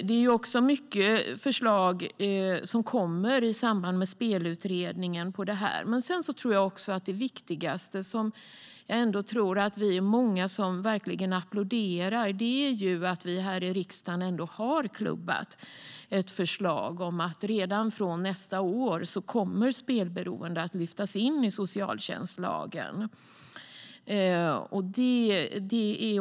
Det kommer också många förslag på området i samband med Spelutredningen. Men något som jag tror att vi är många som verkligen applåderar är att vi här i riksdagen har klubbat ett förslag om att redan nästa år lyfta in spelberoendet i socialtjänstlagen.